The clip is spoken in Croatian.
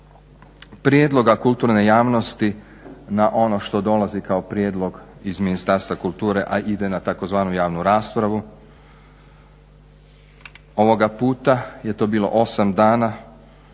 prijedloga kulturne javnosti na ono što dolazi kao prijedlog iz Ministarstva kulture, a ide na tzv. javnu raspravu ovoga puta je to bilo 8 dana